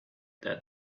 that